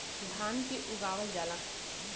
धान के उगावल जाला